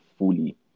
fully